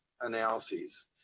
analyses